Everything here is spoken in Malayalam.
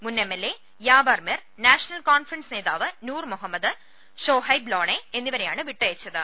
മുൻ M L A Yawar Mir National Conference നേതാവ് നൂർ മൊഹമ്മദ് ഷൊഹൈബ് ലോണെ എന്നിവരെയാണ് വിട്ടയച്ചത്